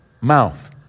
mouth